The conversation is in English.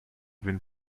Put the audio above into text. been